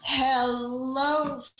Hello